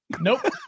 Nope